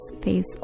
face